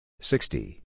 sixty